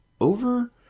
over